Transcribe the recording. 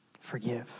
Forgive